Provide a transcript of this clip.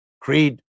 creed